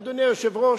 אדוני היושב-ראש,